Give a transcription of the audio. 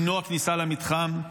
למנוע כניסה למתחם?